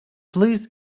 please